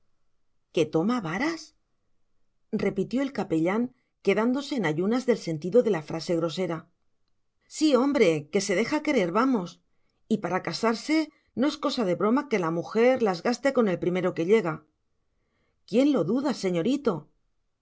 que toma varas repitió el capellán quedándose en ayunas del sentido de la frase grosera sí hombre que se deja querer vamos y para casarse no es cosa de broma que la mujer las gaste con el primero que llega quién lo duda señorito